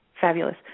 fabulous